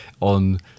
on